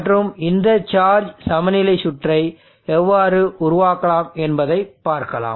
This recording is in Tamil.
மற்றும் இந்த சார்ஜ் சமநிலை சுற்றை எவ்வாறு உருவாக்கலாம் என்பதை பார்க்கலாம்